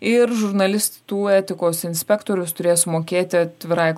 ir žurnalistų etikos inspektorius turės mokėti atvirai